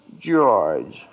George